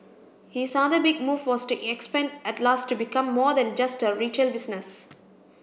his other big move was to expand Atlas to become more than just a retail business